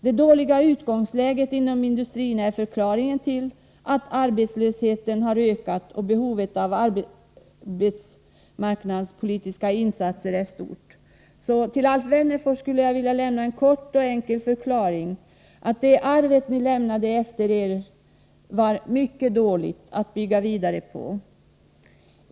Det dåliga utgångsläget inom industrin är förklaringen till att arbetslösheten har ökat och behovet av arbetsmarknadspolitiska insatser är stort. Till Alf Wennerfors skulle jag vilja lämna en kort och enkel förklaring att det arbete som ni lämnade efter er var mycket dåligt att bygga vidare på.